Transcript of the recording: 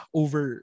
over